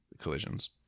collisions